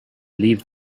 leave